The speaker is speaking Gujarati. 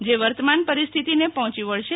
જે વર્તમાન પરિસ્થિતિને પહોંચી વળશે